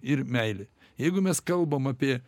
ir meilė jeigu mes kalbam apie